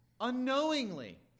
unknowingly